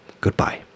goodbye